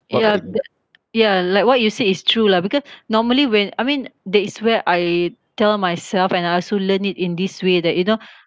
ya ya like what you say is true lah because normally when I mean that is where I tell myself and I also learn it in this way that you know